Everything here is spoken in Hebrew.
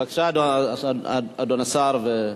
בבקשה, אדוני השר.